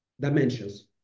dimensions